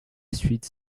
suite